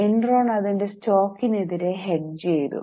Enron അതിന്റെ സ്റ്റോക്കിന് എതിരെ ഹെഡ്ജ് ചെയ്തു